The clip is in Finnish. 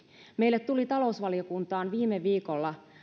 meille tuli talousvaliokuntaan viime viikolla